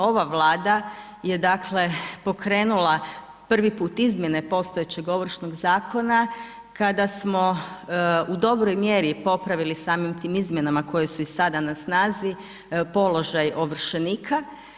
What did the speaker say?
Ova Vlada je dakle pokrenula prvi put izmjene postojećeg Ovršnog zakona kada smo u dobroj mjeri popravili samim tim izmjenama koje su i sada na snazi položaj ovršenika.